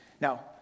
Now